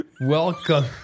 Welcome